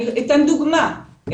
אני אתן דוגמה.